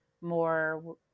more